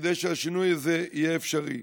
כדי שהשינוי הזה יהיה אפשרי.